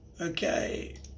Okay